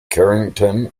carrington